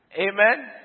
Amen